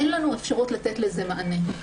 אין לנו אפשרות לתת לזה מענה.